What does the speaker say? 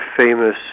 famous